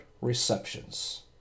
receptions